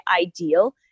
ideal